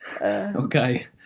Okay